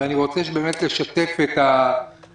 ואני רוצה באמת לשתף את אדוני.